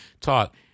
talk